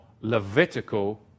Levitical